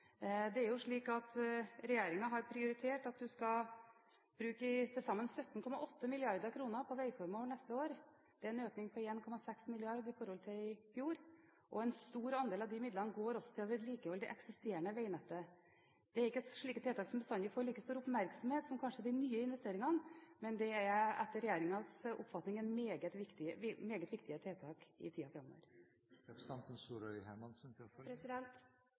Det er slik at regjeringen har prioritert at vi skal bruke til sammen 17,8 mrd. kr på veiformål neste år. Det er en økning på 1,6 mrd. kr i forhold til i fjor. En stor andel av de midlene går også til å vedlikeholde det eksisterende veinettet. Slike tiltak får kanskje ikke bestandig like mye oppmerksomhet som de nye investeringene, men det er etter regjeringens oppfatning meget viktige tiltak i tiden framover. Igjen takkar eg for svaret. Eg vil ha fokus litt over på